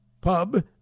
Pub